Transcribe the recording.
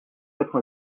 quatre